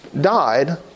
died